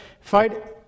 fight